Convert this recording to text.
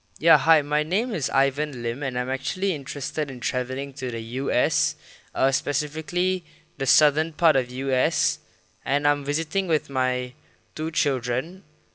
ya hi my name is ivan lim and I'm actually interested in travelling to the U_S uh specifically the southern part of U_S and I'm visiting with my two children